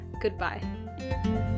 Goodbye